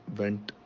went